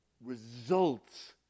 results